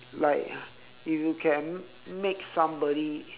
like if you can make somebody